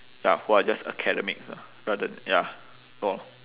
ya who are just academics lah rather ya hor